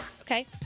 Okay